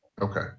Okay